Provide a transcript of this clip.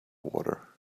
water